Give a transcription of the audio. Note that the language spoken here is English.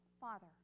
Father